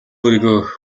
өөрийгөө